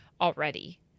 already